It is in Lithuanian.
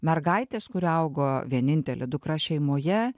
mergaitės kuri augo vienintelė dukra šeimoje